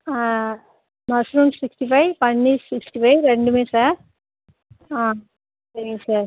mushroom sixty five paneer sixty five ரெண்டுமே sir ஆ சரிங்க சார்